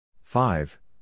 five